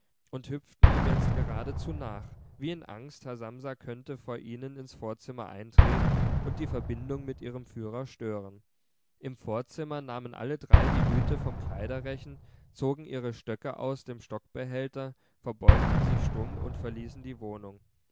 und hüpften ihm jetzt geradezu nach wie in angst herr samsa könnte vor ihnen ins vorzimmer eintreten und die verbindung mit ihrem führer stören im vorzimmer nahmen alle drei die hüte vom kleiderrechen zogen ihre stöcke aus dem stockbehälter verbeugten sich stumm und verließen die wohnung